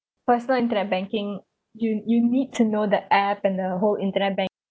personal internet banking you you need to know the app and the whole internet bank